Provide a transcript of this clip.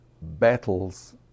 battles